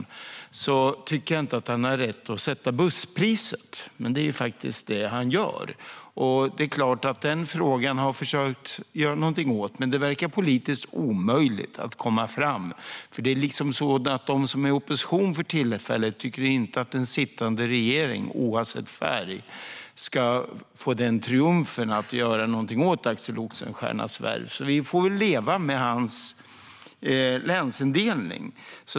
Trots det tycker jag inte att han har rätt att sätta busspriset, men det är faktiskt det han gör. Det är klart att jag har försökt göra någonting åt detta, men det verkar politiskt omöjligt att komma fram. Det är liksom så att de som för tillfället är i opposition inte tycker att en sittande regering, oavsett färg, ska få den triumfen: att göra någonting åt Axel Oxenstiernas värv. Vi får alltså leva med hans länsindelning.